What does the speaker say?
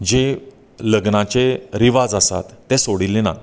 जे लग्नाचे रिवाज आसात ते सोडिल्ले नात